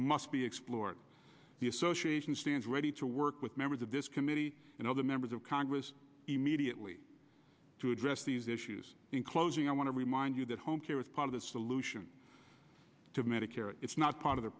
must be explored the association stands ready to work with members of this committee and other members of congress immediately to address these issues in closing i want to remind you that home care is part of the solution to medicare it's not part of the